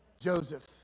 Joseph